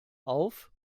auf